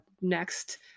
next